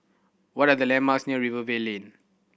what are the landmarks near Rivervale Lane